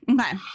Okay